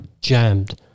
jammed